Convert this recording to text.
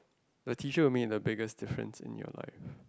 the tissue will make in a biggest different in your life